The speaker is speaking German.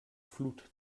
flut